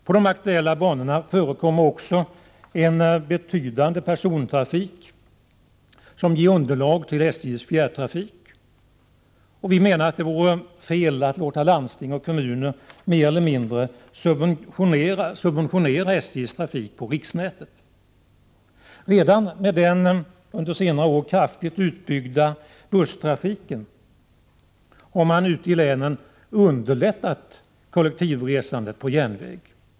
På de aktuella banorna förekommer också en betydande persontrafik som ger underlag till SJ:s fjärrtrafik. Vi menar att det vore fel att låta landsting och kommuner mer eller mindre subventionera SJ:s trafik på riksnätet. Redan med den under senare år kraftigt utbyggda busstrafiken har man ute i länen underlättat kollektivresandet på järnväg.